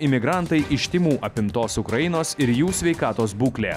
imigrantai iš tymų apimtos ukrainos ir jų sveikatos būklė